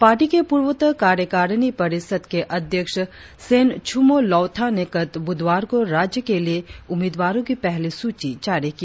party के पूर्वोत्तर कार्यकारिणी परिषद के अध्यक्ष सेनच्रमो लोथा ने गत बुधवार को राज्य के लिए उम्मीदवारों की पहली सूची जारी की